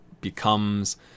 becomes